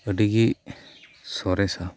ᱟᱹᱰᱤ ᱜᱮ ᱥᱚᱨᱮᱥᱟ